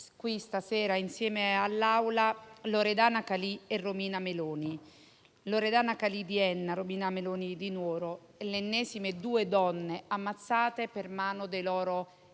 qui stasera, insieme a tutta l'Assemblea, Loredana Calì e Romina Meloni. Loredana Calì di Enna e Romina Meloni di Nuoro, le ennesima due donne ammazzate per mano dei loro *ex*